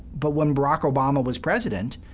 but when barack obama was president,